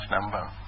number